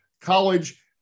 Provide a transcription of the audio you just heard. college